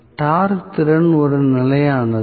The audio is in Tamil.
டார்க் திறன் ஒரு நிலையானது